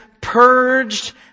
purged